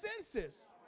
senses